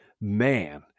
man